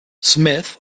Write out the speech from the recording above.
smith